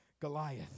Goliath